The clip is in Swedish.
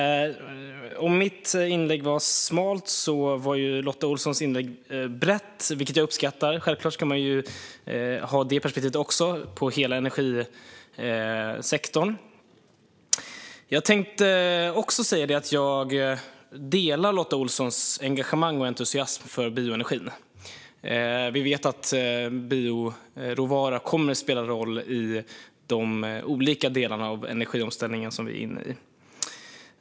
Fru talman! Det var många som begärde replik. Om mitt inlägg var smalt var Lotta Olssons inlägg brett, vilket jag uppskattar. Självklart ska man ha även det perspektivet på hela energisektorn. Jag tänkte säga att jag delar Lotta Olssons engagemang och entusiasm för bioenergin. Vi vet att bioråvara kommer att spela roll i de olika delarna av den energiomställning vi är inne i.